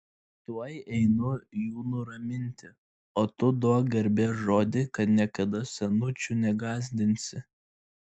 tuoj einu jų nuraminti o tu duok garbės žodį kad niekada senučių negąsdinsi